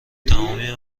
تمامی